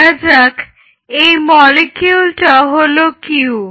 ধরা যাক এই মলিকিউলটা হলো Q